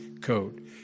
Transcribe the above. code